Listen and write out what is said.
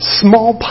small